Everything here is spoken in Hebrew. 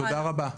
תודה רבה.